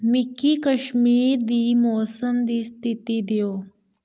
मिगी कश्मीर दी मौसम दी स्थिति देओ